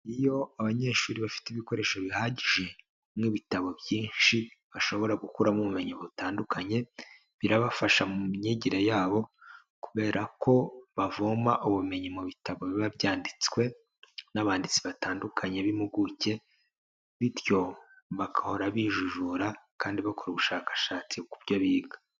Iyo abanyeshuri bafite ibikoresho bihagije nk'ibitabo byinshi bashobora gukuramo ubumenyi butandukanye, birabafasha mu myigire yabo kubera ko bavoma ubumenyi mu bitabo biba byanditswe n'abanditsi batandukanye b'impuguke bityo bagahora bijijura kandi bakora ubushakashatsi ku byo biga.